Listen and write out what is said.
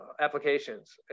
applications